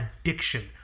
addiction